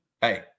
hey